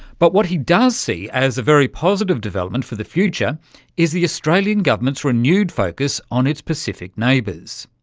but what he does see as a very positive development for the future is the australian government's renewed focus on its pacific neighbours.